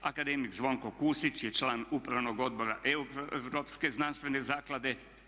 Akademik Zvonko Kusić je član upravnog odbora Europske znanstvene zaklade.